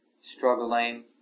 struggling